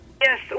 Yes